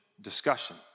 discussion